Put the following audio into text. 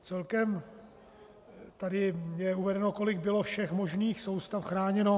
Celkem tady je uvedeno, kolik bylo všech možných soustav chráněno.